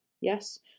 Yes